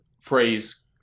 phrase